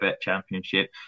Championship